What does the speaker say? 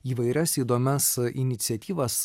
įvairias įdomias iniciatyvas